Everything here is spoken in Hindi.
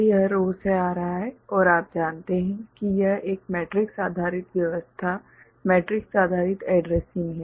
तो यह रो से आ रहा है और आप जानते हैं कि यह एक मैट्रिक्स आधारित व्यवस्था मैट्रिक्स आधारित एड्रेसिंग है